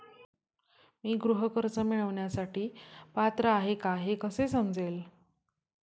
मी गृह कर्ज मिळवण्यासाठी पात्र आहे का हे कसे समजेल?